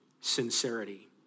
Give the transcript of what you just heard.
sincerity